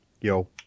Yo